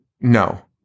No